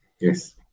yes